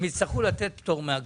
הם יצטרכו לתת פטור מאגרה.